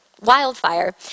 wildfire